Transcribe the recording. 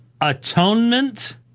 atonement